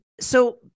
So-